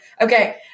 Okay